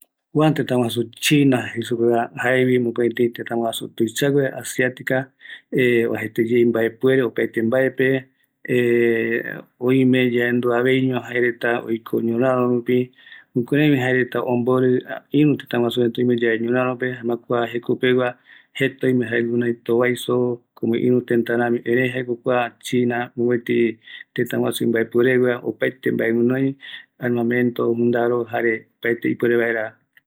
Kua bchinape, jaevi tëtä imbaepueregueva, erei jaevi kua tëtä iroi renda, oïmevi guinoi mbaepure tuisagueva, ëreI kua tëtäpe jae iroɨrenda